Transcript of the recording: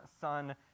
son